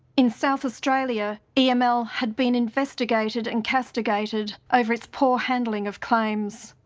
in south australia, eml had been investigated and castigated over its poor handling of claims.